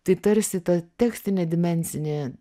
tai tarsi ta tekstinė dimensinė